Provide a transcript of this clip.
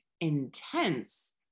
intense